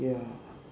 ya